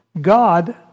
God